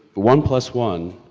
one plus one